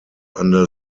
under